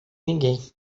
ninguém